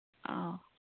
ꯑꯥꯎ